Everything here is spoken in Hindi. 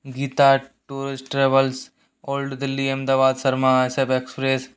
Gita tourist travels old Delhi Ahmedabad सर्मा सब एक्सप्रेस